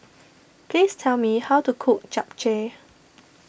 please tell me how to cook Japchae